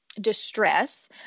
distress